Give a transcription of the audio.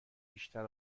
بیشتر